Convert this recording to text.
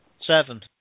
Seven